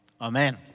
Amen